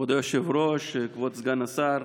כבוד היושב-ראש, כבוד סגן השר,